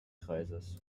kreises